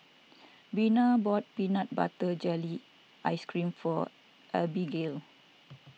Vena bought Peanut Butter Jelly Ice Cream for Abigail